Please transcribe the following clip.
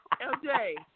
LJ